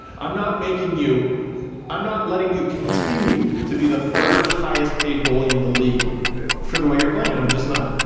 i'm not making you i'm not letting you continue to be the third highest paid goalie in the league for the way you're playing. and i'm just not.